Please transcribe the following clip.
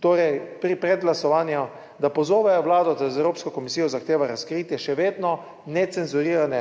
torej, pri pred glasovanju, da pozove vlado, da z Evropsko komisijo zahteva razkritje še vedno necenzurirane,